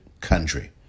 country